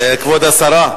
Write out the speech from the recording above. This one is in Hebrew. היושב-ראש, כבוד השרה,